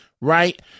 right